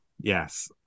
Yes